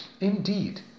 Indeed